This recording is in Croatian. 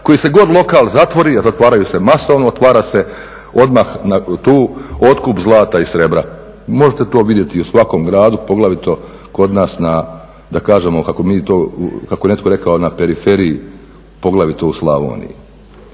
koji se god lokal zatvori, a zatvaraju se masovno otvara se odmah tu otkup zlata i srebra. Možete to vidjeti i u svakom gradu poglavito kod nas na da kažemo kako mi to, kako je netko rekao na periferiji poglavito u Slavoniji.